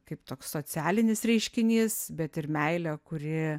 kaip toks socialinis reiškinys bet ir meilė kuri